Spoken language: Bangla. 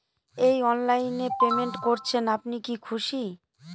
এই অনলাইন এ পেমেন্ট করছেন আপনি কি খুশি?